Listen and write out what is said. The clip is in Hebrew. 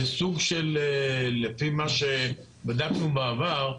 לפי מה שבדקנו בעבר,